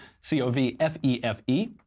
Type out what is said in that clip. C-O-V-F-E-F-E